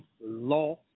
law